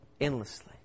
endlessly